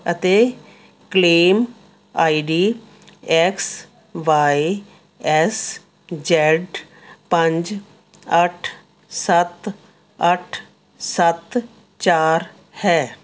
ਅਤੇ claim I D X Y S Z ਪੰਜ ਅੱਠ ਸੱਤ ਅੱਠ ਸੱਤ ਚਾਰ ਹੈ